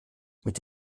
mit